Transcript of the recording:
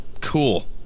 cool